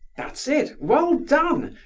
that's it! well done!